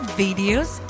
videos